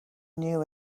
knew